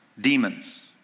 demons